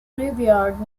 graveyard